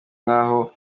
nk’aho